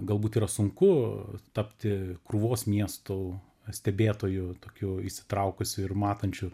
galbūt yra sunku tapti krūvos miestų stebėtoju tokiu įsitraukusiu ir matančiu